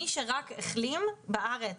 מי שרק החלים בארץ,